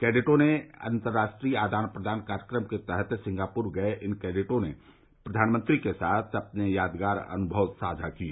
कैडेटों के अंतर्राष्ट्रीय आदान प्रदान कार्यक्रम के तहत सिंगापुर गए इन कैडेटों ने प्रघानमंत्री के साथ अपने यादगार अनुमव साझा किए